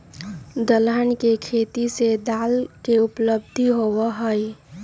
दलहन के खेती से दाल के उपलब्धि होबा हई